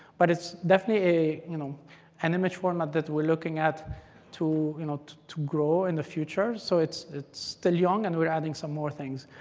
but it's definitely an you know and image format that we're looking at to you know to grow in the future, so it's it's still young and we're adding some more things.